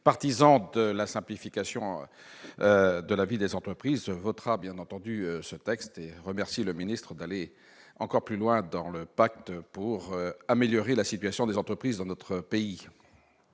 partisan de la simplification de la vie des entreprises, votera bien entendu ce texte. Il remercie M. le ministre d'aller encore plus loin dans le pacte pour améliorer la situation de celles-ci dans notre pays.